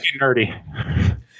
nerdy